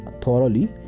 thoroughly